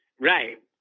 Right